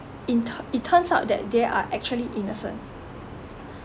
it t~ it turns out that they are actually innocent